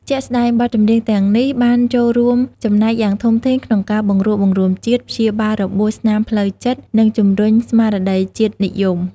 ជាក់ស្ដែង បទចម្រៀងទាំងនេះបានចូលរួមចំណែកយ៉ាងធំធេងក្នុងការ បង្រួបបង្រួមជាតិ ព្យាបាលរបួសស្នាមផ្លូវចិត្ត និងជំរុញស្មារតីជាតិនិយម។